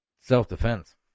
self-defense